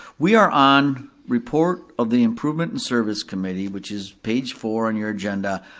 we are on report of the improvement and service committee, which is page four in your agenda,